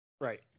Right